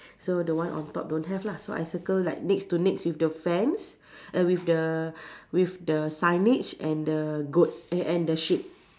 so the one on top don't have lah so I circle like next to next with the fence eh with the with the signage and the goat eh and the sheep